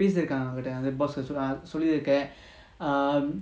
பேசியிருக்கேன்:pesiruken boss also சொல்லிருக்கேன்:solliruken um